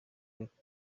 quelque